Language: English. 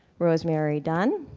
rosemary dunn,